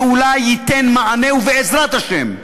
שאולי ייתן מענה, בעזרת השם,